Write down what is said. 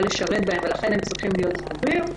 לשרת בהם ולכן הם צריכים להיות סגורים,